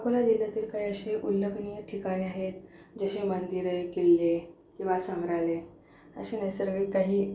अकोला जिल्ह्यातील काही अशी उल्लेखनीय ठिकाणे आहेत जशी मंदिरे किल्ले किंवा संग्रहालये अशी नैसर्गिक काही